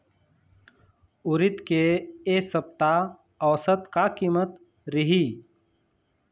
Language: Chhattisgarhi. उरीद के ए सप्ता औसत का कीमत रिही?